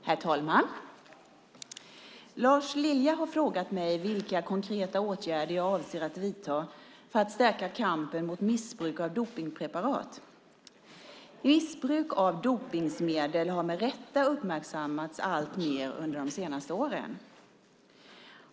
Herr talman! Lars Lilja har frågat mig vilka konkreta åtgärder jag avser att vidta för att stärka kampen mot missbruk av dopningspreparat. Missbruk av dopningsmedel har med rätta uppmärksammats alltmer under de senaste åren.